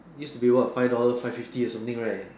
used to be what five dollar five fifty or something right